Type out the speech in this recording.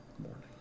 morning